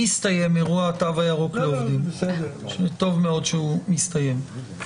אירוע התו הירוק לעובדים, וטוב מאוד שהוא מסתיים.